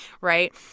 right